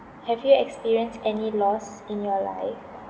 have you experienced any loss in your life